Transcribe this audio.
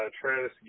Travis